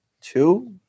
two